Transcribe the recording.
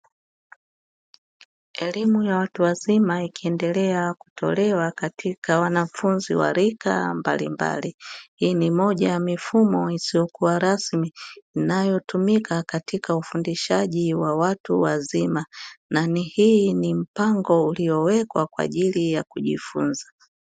Elimu ya watu wazima ikiendelea kutolewa katika wanafunzi wa rika mbalimbali, hii ni moja ya mifumo isiyokuwa rasmi inayotumika katika ufundishaji wa watu wazima na ni hii ni mpango uliowekwa kwa ajili ya kujifunza.